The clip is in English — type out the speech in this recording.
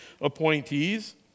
appointees